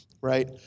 right